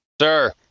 Sir